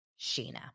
Sheena